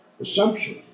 assumption